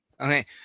Okay